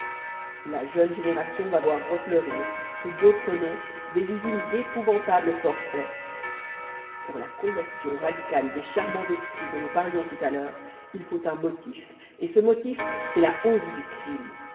la jeune génération va voir refleurir sous d'autres noms des usines d'épouvantables forfaits pour la conversion radicale des charmants esprits dont nous parlions tout à l'heure il faut un motif et ce motif c'est la hausse du crime